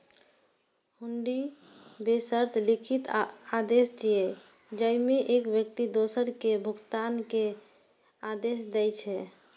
हुंडी बेशर्त लिखित आदेश छियै, जेइमे एक व्यक्ति दोसर कें भुगतान के आदेश दै छै